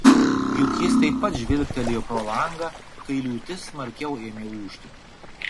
juk jis taip pat žvilgtelėjo pro langą kai liūtis smarkiau ėmė ūžti